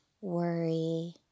worry